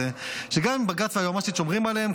שגם אם בג"ץ או היועמ"שית שומרים עליהם,